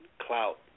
clout